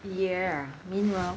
yeah meanwhile